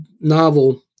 novel